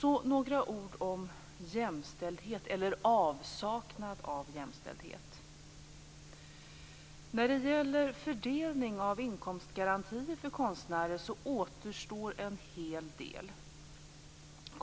Så några ord om jämställdhet eller avsaknad av jämställdhet. När det gäller fördelningen av inkomstgarantier för konstnärer återstår en hel del att göra.